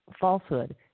falsehood